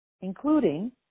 including